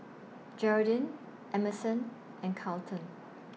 Geraldine Emerson and Carleton